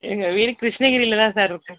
எங்கள் வீடு கிருஷ்ணகிரியில தான் சார்ருக்கும்